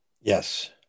yes